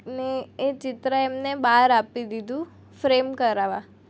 ને એ ચિત્ર એમણે બહાર આપી દીધું ફ્રેમ કરાવવા